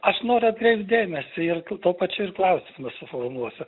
aš noriu atkreipt dėmesį ir tuo pačiu ir klausimą suformuluosiu